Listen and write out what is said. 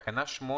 תקנה 8